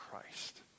Christ